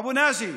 אבו נאג'י,